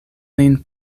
lin